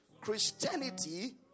Christianity